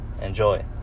Enjoy